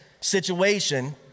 situation